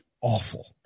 awful